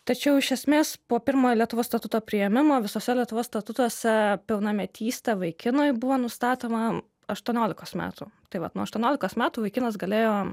tačiau iš esmės po pirmojo lietuvos statuto priėmimo visose lietuvos statutuose pilnametystė vaikinui buvo nustatoma aštuoniolikos metų tai vat nuo aštuoniolikos metų vaikinas galėjo